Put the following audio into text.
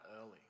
early